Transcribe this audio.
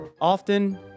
often